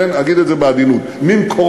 כן, אגיד את זה בעדינות, ממקורותיהם.